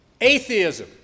atheism